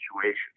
situation